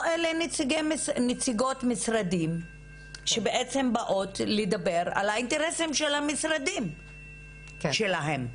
או אלה נציגות משרדים שבאות לדבר על האינטרסים של המשרדים שלהן.